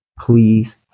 please